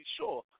sure